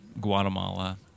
Guatemala